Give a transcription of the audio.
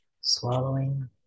swallowing